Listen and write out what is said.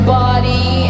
body